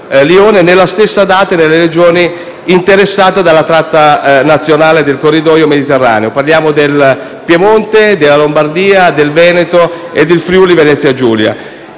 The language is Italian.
nella stessa data nelle Regioni interessate dalla tratta nazionale del corridoio Mediterraneo: parliamo del Piemonte, della Lombardia, del Veneto e del Friuli-Venezia Giulia.